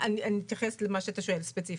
אני אתייחס למה שאתה שואל ספציפית.